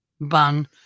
bun